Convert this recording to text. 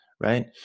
right